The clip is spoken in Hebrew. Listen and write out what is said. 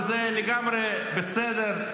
וזה לגמרי בסדר,